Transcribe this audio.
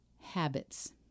habits